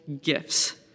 gifts